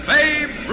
Babe